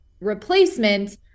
replacement